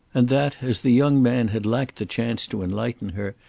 and that, as the young man had lacked the chance to enlighten her,